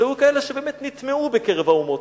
שהיו כאלה שבאמת נטמעו בקרב האומות.